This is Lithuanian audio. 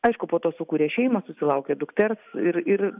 aišku po to sukurė šeimą susilaukė dukters ir ir